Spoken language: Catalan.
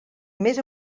més